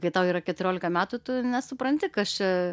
kai tau yra keturiolika metų tu nesupranti kas čia